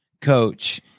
coach